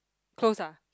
close ah